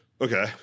Okay